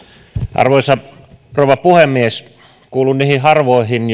arvoisa rouva puhemies kuulun niihin harvoihin